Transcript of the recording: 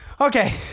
Okay